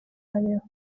abeho